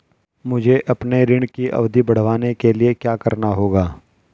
मुझे अपने ऋण की अवधि बढ़वाने के लिए क्या करना होगा?